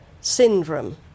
syndrome